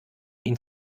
ihn